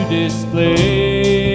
display